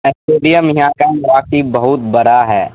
stadium یہاں کا واقعی بہت بڑا ہے